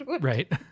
Right